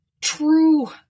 True